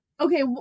Okay